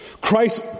Christ